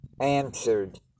answered